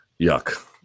yuck